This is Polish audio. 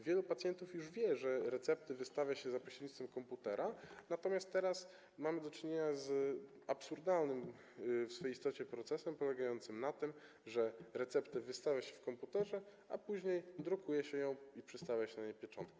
Wielu pacjentów już wie, że recepty wystawia się za pośrednictwem komputera, natomiast teraz mamy do czynienia z absurdalnym w swej istocie procesem polegającym na tym, że receptę wystawia się w komputerze, a później drukuje się ją i przystawia się na niej pieczątkę.